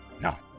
Now